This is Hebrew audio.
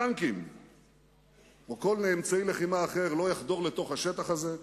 טנקים או כל אמצעי לחימה אחר לא יחדרו לתוך השטח הזה.